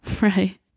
right